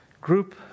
group